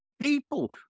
People